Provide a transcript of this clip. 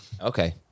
Okay